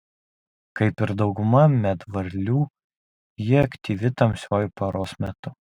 kaip ir dauguma medvarlių ji aktyvi tamsiuoju paros metu